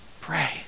pray